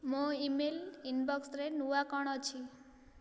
ମୋ ଇମେଲ୍ ଇନ୍ବକ୍ସରେ ନୂଆ କ'ଣ ଅଛି